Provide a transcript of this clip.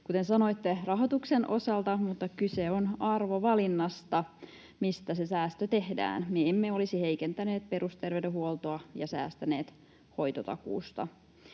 kuten sanoitte rahoituksen osalta, mutta kyse on arvovalinnasta, mistä se säästö tehdään. Me emme olisi heikentäneet perusterveydenhuoltoa ja säästäneet hoitotakuusta.